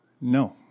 No